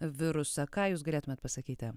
virusą ką jūs galėtumėt pasakyti